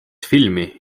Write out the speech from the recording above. filmi